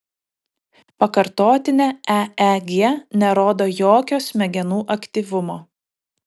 pakartotinė eeg nerodo jokio smegenų aktyvumo